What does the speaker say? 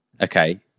okay